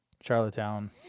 Charlottetown